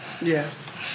Yes